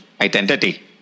Identity